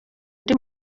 undi